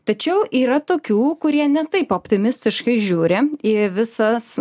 tačiau yra tokių kurie ne taip optimistiškai žiūri į visas